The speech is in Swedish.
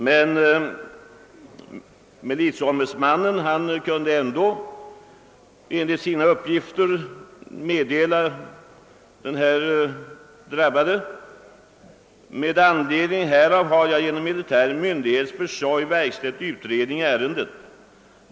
Men militieombudsmannen skrev likväl, under hänvisning till den gjorda framställningen, till den drabbade: »Med anledning härav har genom militär myndighets försorg verkställts utredning i ärendet.